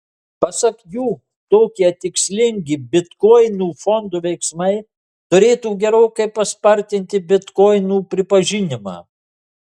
pasak jų tokie tikslingi bitkoinų fondo veiksmai turėtų gerokai paspartinti bitkoinų pripažinimą